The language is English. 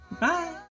Bye